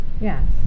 yes